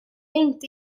inte